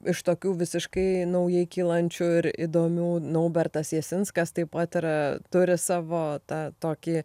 iš tokių visiškai naujai kylančių ir įdomių naubartas jasinskas taip pat ir turi savo tą tokį